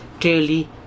clearly